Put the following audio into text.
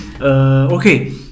Okay